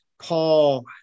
Paul